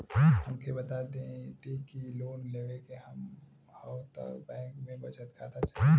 हमके बता देती की लोन लेवे के हव त बैंक में बचत खाता चाही?